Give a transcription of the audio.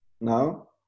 now